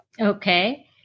Okay